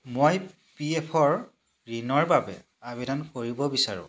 মই P F ঋণৰ বাবে আবেদন কৰিব বিচাৰোঁ